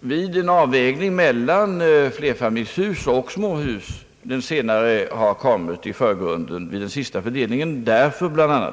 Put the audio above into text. Vid en avvägning mellan flerfamiljshus och småhus har det då varit ganska rimligt, att de senare har kommit i förgrunden vid den senaste fördelningen, därför bl.a.